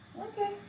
Okay